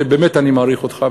שכן באמת אני מעריך אותך,